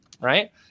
Right